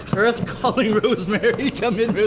earth calling rosemary,